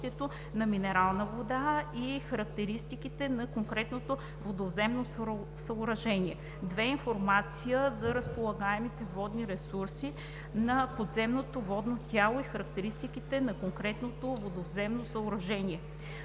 на минерална вода и характеристиките на конкретното водовземно съоръжение; 2. информация за разполагаемите водни ресурси на подземното водно тяло и характеристиките на конкретното водовземно съоръжение.